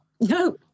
No